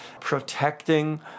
protecting